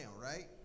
right